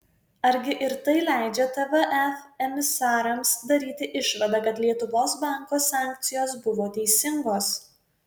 argi ir tai leidžia tvf emisarams daryti išvadą kad lietuvos banko sankcijos buvo teisingos